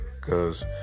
cause